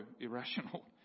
irrational